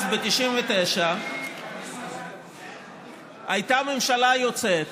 אז, ב-1999, הייתה ממשלה יוצאת